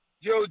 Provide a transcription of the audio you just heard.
yo